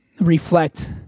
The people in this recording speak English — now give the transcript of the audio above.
reflect